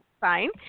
Fine